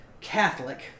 Catholic